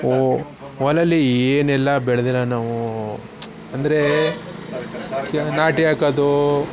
ಉ ಹೊಲದಲ್ಲಿ ಏನೆಲ್ಲ ಬೆಳ್ದಿಲ್ಲ ನಾವು ಅಂದರೆ ಈಗ ನಾಟಿ ಹಾಕೋದು